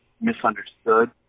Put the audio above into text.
misunderstood